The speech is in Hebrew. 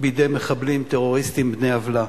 בידי מחבלים, טרוריסטים בני עוולה.